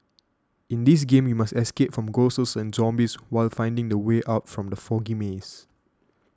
in this game you must escape from ghosts and zombies while finding the way out from the foggy maze